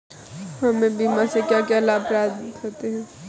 हमें बीमा से क्या क्या लाभ प्राप्त होते हैं?